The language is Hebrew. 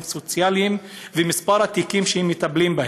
סוציאליים ואת מספר התיקים שבהם הם מטפלים.